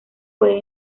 pueden